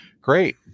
great